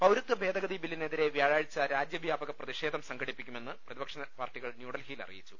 പൌരത്വ ഭേദഗതി ബില്ലിനെതിരെ വ്യാഴാഴ്ച രാജ്യ വ്യാപക പ്രതിഷേധം സംഘടിപ്പിക്കുമെന്ന് ഇടതു പക്ഷ പാർട്ടികൾ ന്യൂഡൽഹിയിൽ അറിയിച്ചു